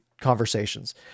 conversations